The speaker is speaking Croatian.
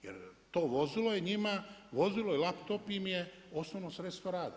Jer to vozilo je njima vozilo i laptop im je osnovno sredstvo rada.